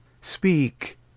Speak